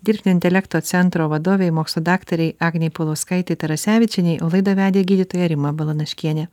dirbtinio intelekto centro vadovei mokslų daktarei agnei paulauskaitei tarasevičienei o laidą vedė gydytoja rima balanaškienė